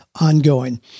ongoing